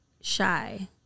shy